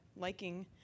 liking